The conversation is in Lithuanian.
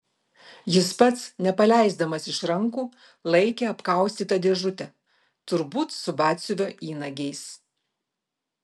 jis pats nepaleisdamas iš rankų laikė apkaustytą dėžutę turbūt su batsiuvio įnagiais